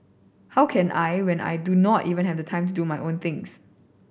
how can I when I do not even have time to do my own things